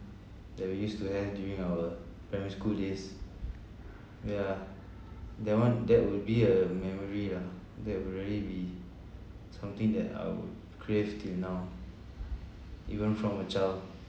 that we used to have during our primary school days ya that one that would be a memory lah that would really be something that I'll crave till now even from a child